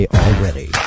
already